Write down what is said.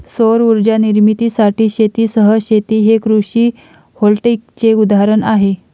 सौर उर्जा निर्मितीसाठी शेतीसह शेती हे कृषी व्होल्टेईकचे उदाहरण आहे